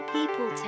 People